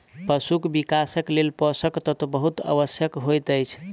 पशुक विकासक लेल पोषक तत्व बहुत आवश्यक होइत अछि